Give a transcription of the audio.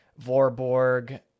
Vorborg